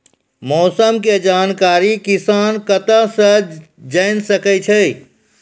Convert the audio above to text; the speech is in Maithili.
मौसम के जानकारी किसान कता सं जेन सके छै?